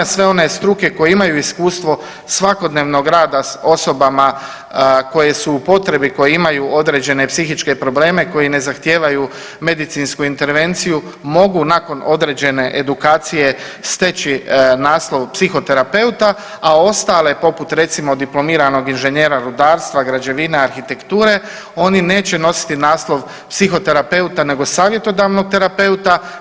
Sve one struke koje imaju iskustvo svakodnevnog rada s osobama koje su u potrebi i koje imaju određene psihičke probleme koji ne zahtijevaju medicinsku intervenciju mogu nakon određene edukacije steći naslov psihoterapeuta, a ostale poput recimo diplomiranog inženjera rudarstva, građevine, arhitekture, oni neće nositi naslov psihoterapeuta nego savjetodavnog terapeuta.